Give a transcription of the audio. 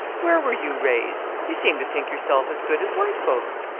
where were you raised? you seem to think yourself as good as white folks.